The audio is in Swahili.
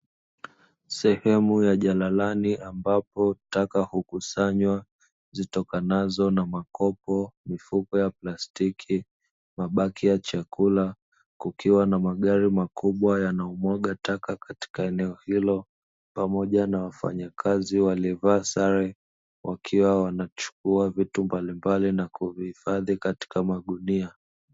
Sehemu ya jalalani ambapo taka hukusanywa zitokanazo na makopo, mifuko ya plastiki, mabaki ya chakula. Kukiwa na magari makubwa yanayomwaga taka katika eneo hilo, pamoja na wafanyakazi waliovaa sare wakiwa wanachukua vitu mbalimbali na kuvihifadhi katika magunia.